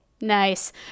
Nice